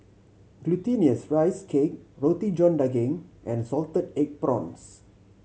Glutinous Rice Cake Roti John Daging and salted egg prawns